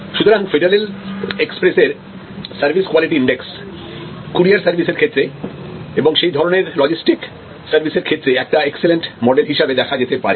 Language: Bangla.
সুতরাং ফেডারেল এক্সপ্রেস এর service quality index courier service এর ক্ষেত্রে এবং সেই ধরনের লজিস্টিক সার্ভিসের ক্ষেত্রে একটা এক্সেলেন্ট মডেল হিসাবে দেখা যেতে পারে